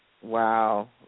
Wow